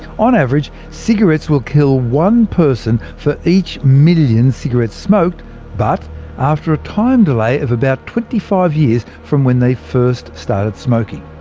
on average, cigarettes will kill one person for each million cigarettes smoked but after a time delay of about twenty five years from when they first started smoking.